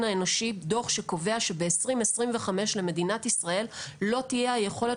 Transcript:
האנושי דוח שקובע שב-2025 למדינת ישראל לא תהיה היכולת